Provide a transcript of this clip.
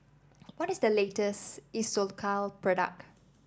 what is the latest isocal product